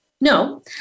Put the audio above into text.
no